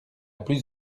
plus